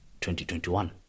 2021